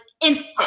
instant